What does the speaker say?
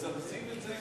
מזרזים את זה